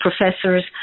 professors